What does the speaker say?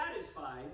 satisfied